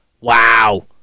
Wow